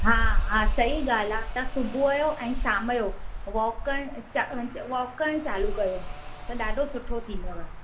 हा हा सही ॻाल्हि आहे तव्हां सुबुह जो ऐं शाम जो वॉक वॉक करणु चालू कयो त ॾाढो सुठो थींदव